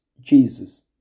Jesus